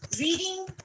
reading